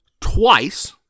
twice